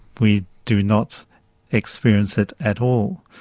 we do not experience it at all.